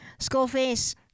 Skullface